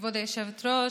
כבוד היושבת-ראש,